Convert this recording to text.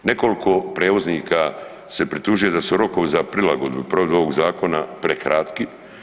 Nekoliko prevoznika se pritužuje da su rokovi za prilagodbu i provedbu ovog zakona prekratki.